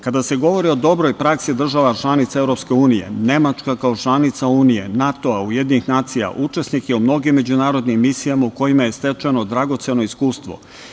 Kada se govori o dobroj praksi država članica EU, Nemačka kao članica Unije, NATO, UN, učesnik je u mnogim međunarodnim misijama u kojima je stečeno dragoceno iskustvo.